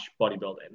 bodybuilding